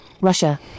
Russia